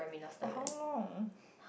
for how long